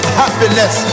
happiness